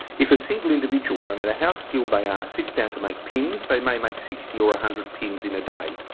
if a single individual no matter how skilled they are sits down to make pins they may make sixty or one ah hundred pins in a day.